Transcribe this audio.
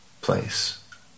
place